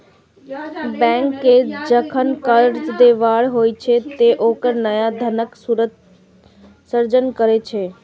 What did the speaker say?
bank कें जखन कर्ज देबाक होइ छै, ते ओ नया धनक सृजन करै छै